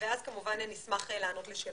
ואז כמובן אני אשמח לענות לשאלות.